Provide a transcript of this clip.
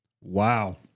Wow